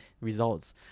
results